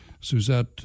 Suzette